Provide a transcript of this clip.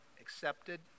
accepted